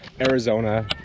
arizona